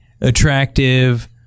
attractive